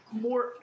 more